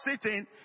sitting